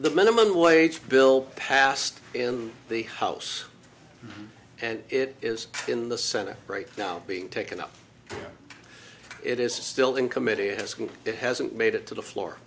the minimum wage bill passed in the house and it is in the senate right now being taken up it is still in committee has gone it hasn't made it to the floor